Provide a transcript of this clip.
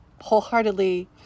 wholeheartedly